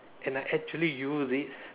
and I actually used it